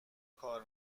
کار